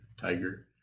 tiger